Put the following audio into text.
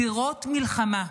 זירות מלחמה.